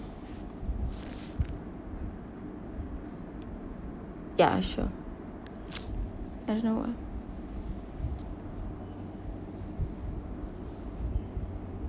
ya sure